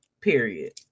Period